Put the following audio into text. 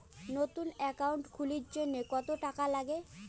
নতুন একাউন্ট খুলির জন্যে কত টাকা নাগে?